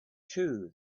true